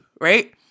right